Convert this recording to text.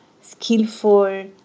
skillful